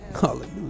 Hallelujah